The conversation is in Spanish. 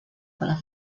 pala